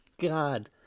God